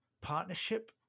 partnership